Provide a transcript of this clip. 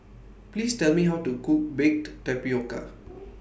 Please Tell Me How to Cook Baked Tapioca